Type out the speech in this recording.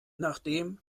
nachdem